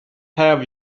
have